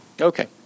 Okay